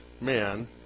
man